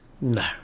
No